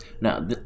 Now